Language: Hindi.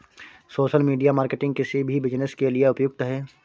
सोशल मीडिया मार्केटिंग किसी भी बिज़नेस के लिए उपयुक्त है